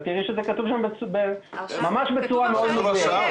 את תראי שזה כתוב בצורה מאוד מדויקת.